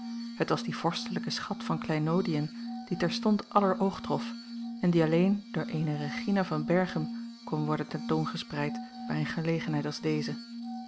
het was die vorstelijke schat van kleinoodiën die terstond aller oog trof en die alleen door eene regina van berchem kon worden ten toon gespreid bij eene gelegenheid als deze